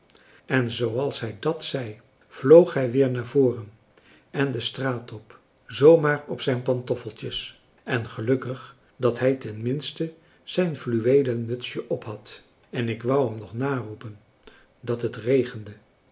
en zooals hij dat zei françois haverschmidt familie en kennissen vloog hij weer naar voren en de straat op zoo maar op zijn pantoffeltjes en gelukkig dat hij ten minste zijn fluweelen mutsje op had en ik wou hem nog naroepen dat het regende